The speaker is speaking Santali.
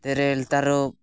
ᱛᱮᱨᱮᱞ ᱛᱟᱨᱚᱯ